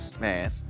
man